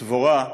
דבורה,